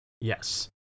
Yes